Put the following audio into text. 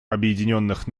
объединенных